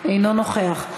אינו נוכח,